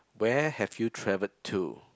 where have you travelled to